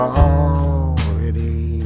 already